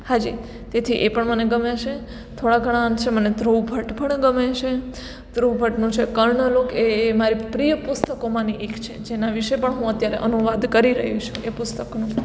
હા જી તેથી એ પણ મને ગમે છે થોડા ઘણા અંશે મને ધ્રુવ ભટ પણ ગમે છે ધ્રુવ ભટનું જે કર્ણલોક એ એ મારી પ્રિય પુસ્તકોમાંની એક છે જેના વિશે પણ હું અત્યારે અનુવાદ કરી રહી છું એ પુસ્તકોનું